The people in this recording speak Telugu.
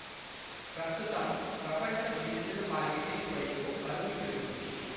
ప్రస్తుతం ప్రపంచం డిజిటల్ మార్కెటింగ్ వైపు పరుగులు పెడుతుంది